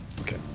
Okay